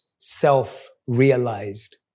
self-realized